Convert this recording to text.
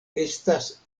estas